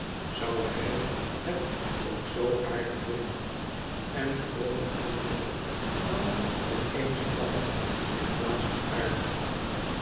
zou hij het ook z aardig vinden en gewoonlijk vond ik het dan op eens flauw in plaats van aardig